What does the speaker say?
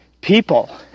people